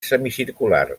semicircular